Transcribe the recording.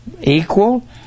equal